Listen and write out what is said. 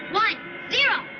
my dear.